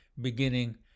beginning